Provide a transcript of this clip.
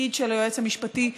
בתפקיד של היועץ המשפטי.